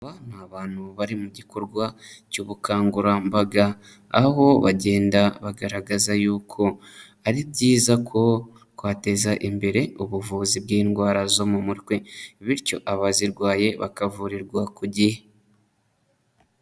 Aba ni abantu bari mu gikorwa cy'ubukangurambaga, aho bagenda bagaragaza yuko ari byiza ko twateza imbere ubuvuzi bw'indwara zo mu mutwe, bityo abazirwaye bakavurirwa ku gihe.